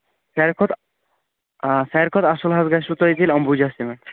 سارِوِٕے کھۄتہٕ آ سارِوِٕے کھۄتہٕ اَصٕل حظ گژھوٕ تۄہہِ تیٚلہِ امبوٗجا سیمنٹ